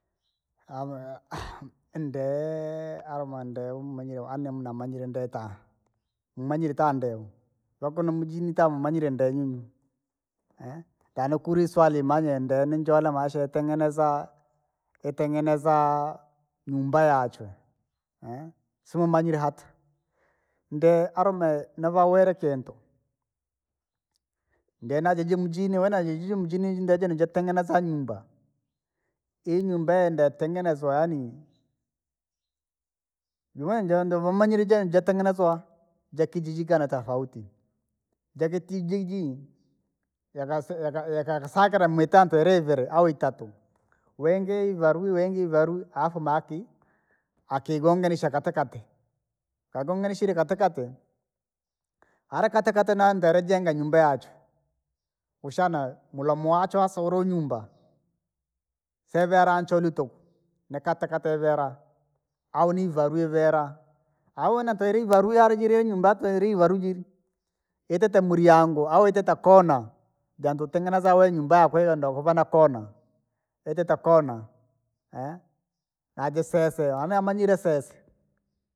Amuya ndee aluma ndee umanyire ani namanyire ndetaa, mmanyire taa, vakuno mujini taa nimanyire ndenyunyu, tana kuri iswali manye ndee nijoole maisha yotengenezaa, iyatengenezaa nyumba yaachwe, siumanyire hata, ndee arume navawire kintu. Ndee najaji mjini we najiji mjini ndeje nujitengeneza nyumba, inyumba yenda yotengenezwa yaani, woumanyire jee jentengenezwa jakijiji kana tofauti. Jakataijiji, jakasi jaka jakasakira mui itatu ili iviri, au itatu. Wingi ivaru wingi ivaru afu maa kii, akiigonganisha katikati, kaa gonganishe katikati! Hari katikati nandele jenga nyumba yachwi. Ushana hula muachwa solo nyumba, sevela ncholwi tukuu, ni katikati yaveera au niivanwu yaveera, au natwele iwirie yuli jiri inyumba twele iwaru jiri, yatile miniyaangu au yatitee koona, jandu utengeneza we nyumba yaako kwahiyo ndokuvana koona. Yatititle koona, na jaasesee nanii amanyire sesee.